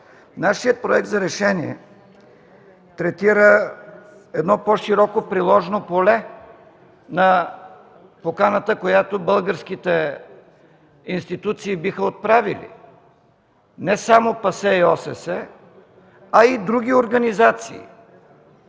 Нашият проект за решение третира по-широко приложно поле на поканата, която българските институции биха отправили – не само ПАСЕ и ОССЕ, а и други организации.